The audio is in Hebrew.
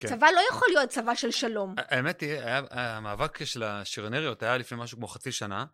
צבא לא יכול להיות צבא של שלום. האמת היא, המאבק של השריונריות היה לפני משהו כמו חצי שנה.